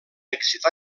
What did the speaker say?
èxit